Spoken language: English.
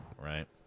right